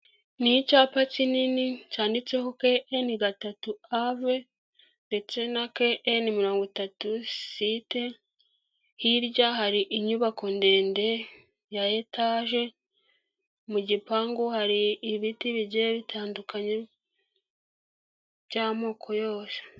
Ni icyapa kinini cyanditseho KN gatatu Av ndetse KN mirongo itatu ST, hirya hari inyubako ndende ya etaje, mu gipangu hari ibiti bigiye bitandukanye by'amoko yose.